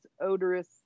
odorous